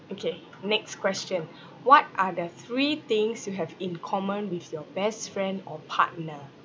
okay next question what are the three things you have in common with your best friend or partner